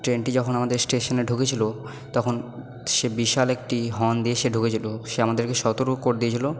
ট্রেনটি যখন আমাদের স্টেশানে ঢুকেছিলো তখন সে বিশাল একটি হর্ন দিয়ে সে ঢুকেছিলো সে আমাদেরকে সতর্ক করে দিয়েছিলো